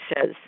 says